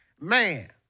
Man